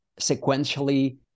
sequentially